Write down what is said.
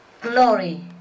glory